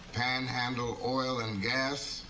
panhandle oil and gas.